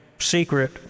secret